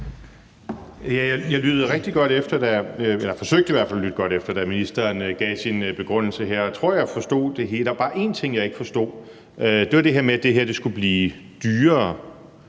at lytte godt efter – da ministeren gav sin begrundelse, og jeg tror, at jeg forstod det hele. Der var bare én ting, jeg ikke forstod, og det var det her med, at det her skulle blive dyrere.